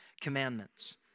commandments